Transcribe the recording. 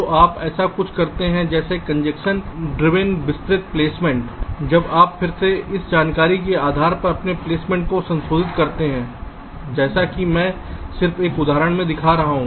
तो आप ऐसा कुछ करते हैं जैसे कंजेशन ड्रिवइन विस्तृत प्लेसमेंट अब आप फिर से इस जानकारी के आधार पर अपने प्लेसमेंट को संशोधित करते हैं जैसे कि मैं सिर्फ एक उदाहरण दिखा रहा हूं